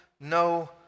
no